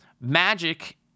Magic